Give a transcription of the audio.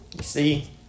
See